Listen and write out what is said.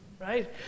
Right